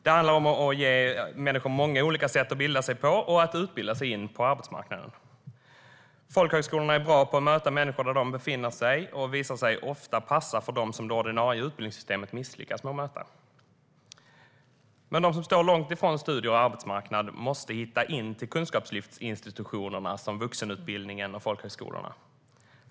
Det handlar om att ge människor många olika sätt att bilda sig på och att utbilda sig in på arbetsmarknaden. Folkhögskolorna är bra på att möta människor där de befinner sig och visar sig ofta passa för dem som det ordinarie utbildningssystemet misslyckas med att möta. Men de som står långt ifrån studier och arbetsmarknad måste hitta in till kunskapslyftsinstitutionerna som vuxenutbildningen och folkhögskolorna.